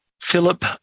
Philip